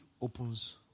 opens